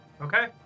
Okay